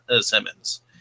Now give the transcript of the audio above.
Simmons